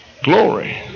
Glory